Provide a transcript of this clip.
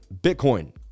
Bitcoin